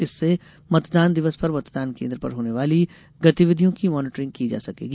इससे मतदान दिवस पर मतदान केन्द्र पर होने वाली गतिविधियों की मॉनिटरिंग की जा सकेगी